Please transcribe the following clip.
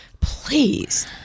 Please